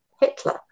Hitler